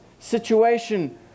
situation